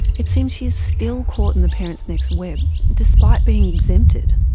it seems she is still caught in the parentsnext web, despite being exempted.